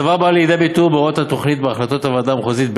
הדבר בא לידי ביטוי בהוראות התוכנית ובהחלטות הוועדה המחוזית,